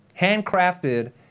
handcrafted